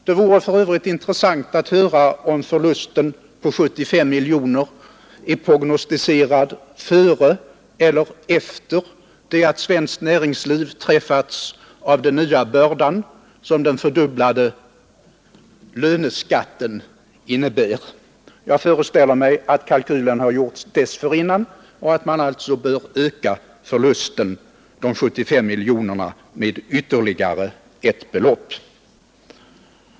Det vore för övrigt intressant att höra om förlusten på 75 miljoner kronor är prognostiserad före eller efter det att svenskt näringsliv träffats av den nya börda som den fördubblade löneskatten innebär. Jag föreställer mig att kalkylen har gjorts dessförinnan och att man alltså bör öka förlusten på 75 miljoner kronor med ytterligare ett belopp.